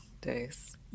days